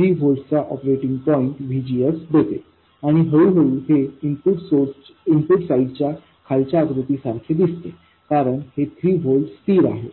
3 व्होल्टचा operating point VGS देते आणि हळूहळू हे इनपुट साईडच्या खालच्या आकृती सारखे दिसते कारण हे 3 व्होल्ट स्थिर आहे म्हणून त्याची वाढ झिरो आहे